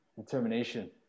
Determination